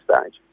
stage